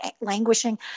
languishing